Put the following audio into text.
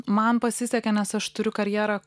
man pasisekė nes aš turiu karjerą